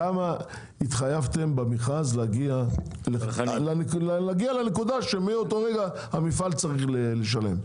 כמה התחייבתם במכרז להגיע לנקודה שמאותו רגע המפעל צריך לשלם?